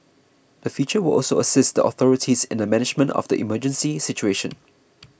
the feature will also assist the authorities in the management of the emergency situation